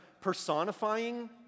personifying